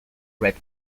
red